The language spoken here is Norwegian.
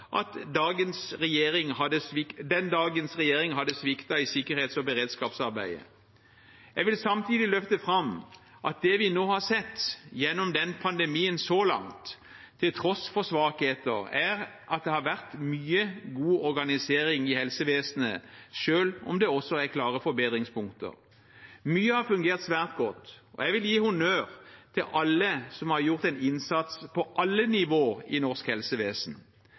den dagens regjering hadde sviktet i sikkerhets- og beredskapsarbeidet. Jeg vil samtidig løfte fram at det vi nå har sett gjennom denne pandemien så langt, til tross for svakheter, er at det har vært mye god organisering i helsevesenet, selv om det også er klare forbedringspunkter. Mye har fungert svært godt, og jeg vil gi honnør til alle som har gjort en innsats på alle nivå i norsk helsevesen.